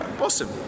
Awesome